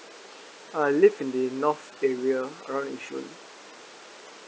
I live in the north area around yishun